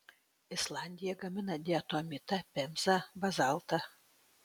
islandija gamina diatomitą pemzą bazaltą